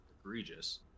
egregious